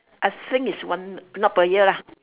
I think is one not per year lah